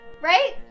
Right